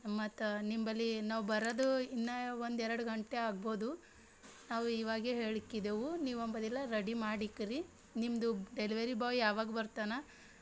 ಮತ್ತು ನಿಂಬಲ್ಲಿ ನಾವು ಬರೋದು ಇನ್ನೂ ಒಂದು ಎರಡು ಗಂಟೆ ಆಗ್ಬೋದು ನಾವು ಇವಾಗೆ ಹೇಳಿಕ್ಕಿದೆವು ನೀವಂಬೊದಿಲ್ಲ ರೆಡಿ ಮಾಡಿಕ್ಕಿರಿ ನಿಮ್ಮದು ಡೆಲಿವರಿ ಬಾಯ್ ಯಾವಾಗ ಬರ್ತಾನೆ